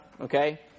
okay